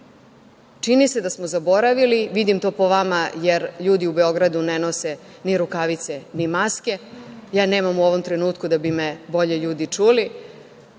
se da smo zaboravili, vidim to po vama, jer ljudi u Beogradu ne nose ni rukavice, ni maske. Ja nemam u ovom trenutku da bi me bolje ljudi čuli